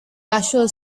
national